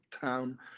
town